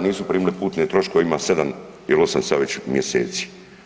nisu primili putne troškove, ima 7 ili 8 sad već mjeseci.